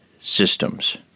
systems